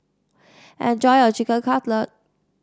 enjoy your Chicken Cutlet